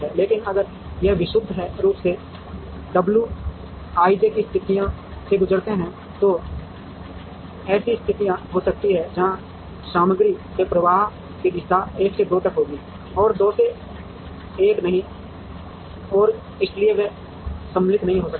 लेकिन अगर हम विशुद्ध रूप से w ij की स्थितियों से गुजरते हैं तो ऐसी स्थितियां हो सकती हैं जहां सामग्री के प्रवाह की दिशा 1 से 2 तक होगी और 2 से 1 नहीं और इसलिए वे सममित नहीं हो सकते हैं